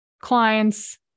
clients